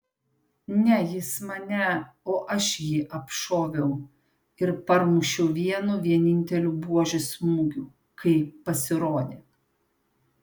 ne jis mane o aš jį apšoviau ir parmušiau vienu vieninteliu buožės smūgiu kai pasirodė